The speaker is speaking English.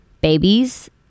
babies